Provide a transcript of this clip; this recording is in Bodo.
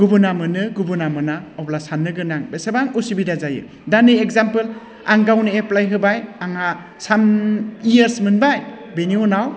गुबुना मोनो गुबुना मोना अब्ला साननो गोनां बेसेबां असुबिदा जायो दा नै एग्जामपोल आं गावनो एप्लाइ होबाय आंहा सान इयार्स मोनबाय बिनि उनाव